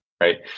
right